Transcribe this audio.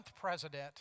president